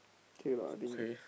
K lah I think